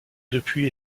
depuis